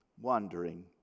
wandering